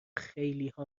خیلیها